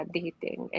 dating